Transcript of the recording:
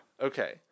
Okay